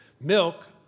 Milk